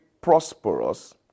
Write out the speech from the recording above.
prosperous